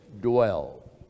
dwell